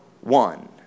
one